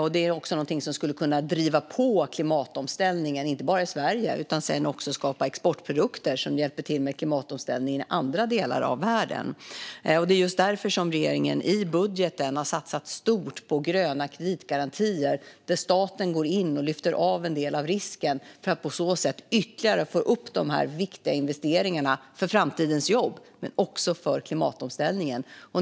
Detta är också något som skulle kunna driva på klimatomställningen, inte bara i Sverige utan genom att det sedan också skapas exportprodukter som hjälper till med klimatomställningen i andra delar av världen. Det är just därför som regeringen i budgeten har satsat stort på gröna kreditgarantier, där staten går in och lyfter av en del av risken för att på så sätt ytterligare få upp de här viktiga investeringarna för framtidens jobb, men också för klimatomställningen.